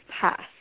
passed